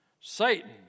Satan